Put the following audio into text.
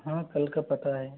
हाँ कल का पता है